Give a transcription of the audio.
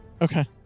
Okay